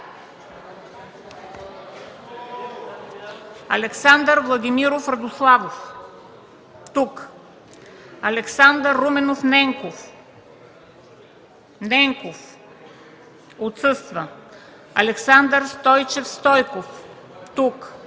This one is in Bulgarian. Александър Владимиров Радославов - тук Александър Руменов Ненков - отсъства Александър Стойчев Стойков - тук